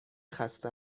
خسته